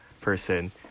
person